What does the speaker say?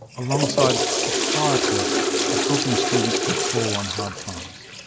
alongside the quiet work of helping students who fall on hard times.